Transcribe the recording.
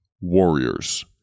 Warriors